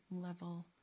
level